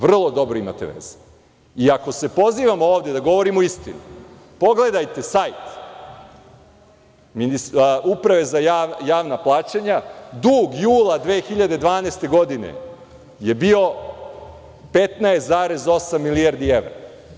Vrlo dobro imate veze i, ako se pozivamo ovde da govorimo istinu, pogledajte sajt Uprave za javna plaćanja, dug jula 2012. godine je bio 15,8 milijardi evra.